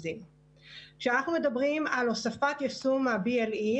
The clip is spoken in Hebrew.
כשאנחנו מדברים על הוספת יישום ה-BLE,